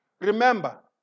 Remember